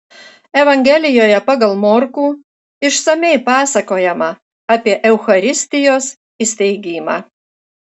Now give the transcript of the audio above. evangelijoje pagal morkų išsamiai pasakojama apie eucharistijos įsteigimą